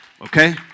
Okay